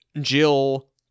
Jill